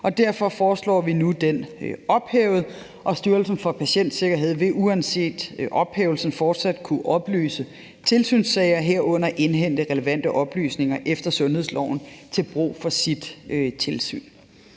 Derfor foreslår vi den nu ophævet, og Styrelsen for Patientsikkerhed vil uanset ophævelsen fortsat kunne oplyse tilsynssager , herunder indhente relevante oplysninger efter sundhedsloven til brug for sit tilsyn.